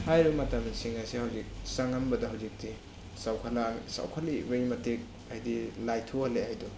ꯍꯥꯏꯔꯤꯕ ꯃꯇꯝꯁꯤꯡ ꯑꯁꯦ ꯍꯧꯖꯤꯛ ꯆꯪꯉꯝꯕꯗꯣ ꯍꯧꯖꯤꯛꯇꯤ ꯆꯥꯎꯈꯠꯂꯛꯏꯕꯩ ꯃꯇꯤꯛ ꯍꯥꯏꯗꯤ ꯂꯥꯏꯊꯣꯛꯍꯜꯂꯦ ꯍꯥꯏꯗꯣ